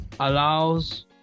Allows